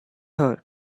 her